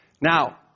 Now